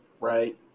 right